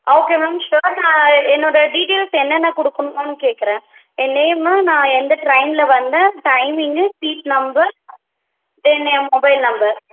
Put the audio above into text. okay ma'am sure நான் என்னோடய details என்னென்ன கொடுக்கணும்னு கேட்குறேன் என் நேமு நான் எந்த ட்ரெயினில் வந்தேன் டைமிங்கு சீட் நம்பர் தென் என் மொபைல் நம்பர்